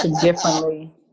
differently